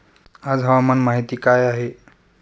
आज हवामान माहिती काय आहे?